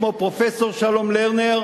כמו פרופסור שלום לרנר,